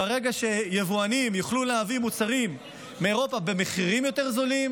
ברגע שיבואנים יוכלו להביא מוצרים מאירופה במחירים יותר נמוכים,